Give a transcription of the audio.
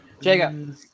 Jacob